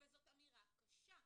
וזאת אמירה קשה.